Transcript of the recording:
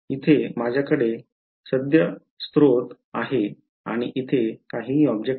तर येथे माझ्याकडे सद्य स्त्रोत आहे आणि येथे काहीही ऑब्जेक्ट नाही